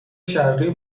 شرقی